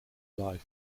life